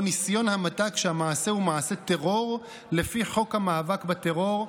ניסיון המתה כשהמעשה הוא מעשה טרור לפי חוק המאבק בטרור,